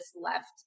left